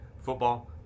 football